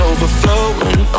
Overflowing